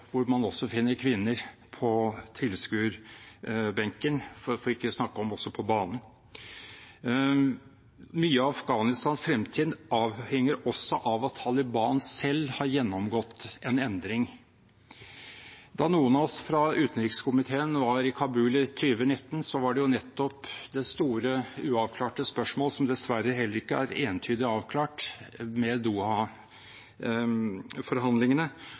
man finner også kvinner på tilskuerbenken, for ikke å snakke om på banen. Mye av Afghanistans fremtid avhenger også av at Taliban selv har gjennomgått en endring. Da noen av oss fra utenrikskomiteen var i Kabul i 2019, var det store uavklarte spørsmålet, som dessverre heller ikke er entydig avklart med